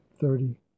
thirty